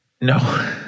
No